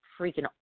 freaking